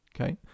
okay